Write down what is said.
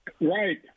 Right